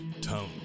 Tone